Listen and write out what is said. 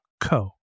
co